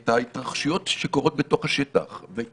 ואת ההתרחשויות שקורות בתוך השטח ואת